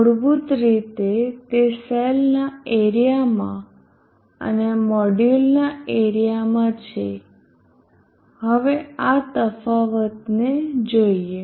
મૂળભૂત રીતે તે સેલના એરીયામાં અને મોડ્યુલના એરીયામાં છે હવે આ તફાવત ને જોઈએ